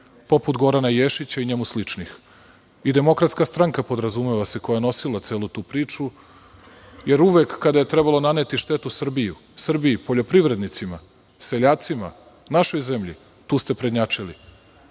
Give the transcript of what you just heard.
poput Gorana Ješića i njemu sličnih, podrazumeva se i DS, koja je nosila celu tu priču. Jer, uvek kada je trebalo naneti štetu Srbiji, poljoprivrednicima, seljacima, našoj zemlji, tu ste prednjačili,